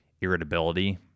irritability